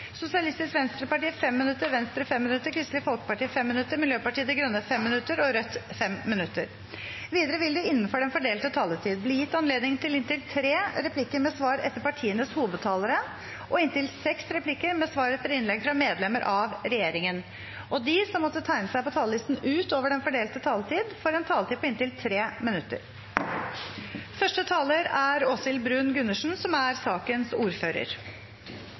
Sosialistisk Venstreparti 5 minutter, Venstre 5 minutter, Kristelig Folkeparti 5 minutter, Miljøpartiet De Grønne 5 minutter og Rødt 5 minutter. Videre vil det – innenfor den fordelte taletid – bli gitt anledning til inntil tre replikker med svar etter partienes hovedtalere og inntil seks replikker med svar etter innlegg fra medlemmer av regjeringen, og de som måtte tegne seg på talerlisten utover den fordelte taletid, får en taletid på inntil 3 minutter. Spørsmålet rundt bioteknologiloven er